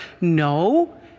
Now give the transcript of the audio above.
No